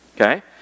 Okay